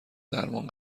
درمان